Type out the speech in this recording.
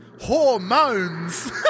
Hormones